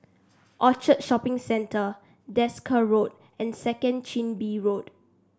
Orchard Shopping Centre Desker Road and Second Chin Bee Road